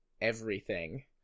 everything-